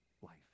wife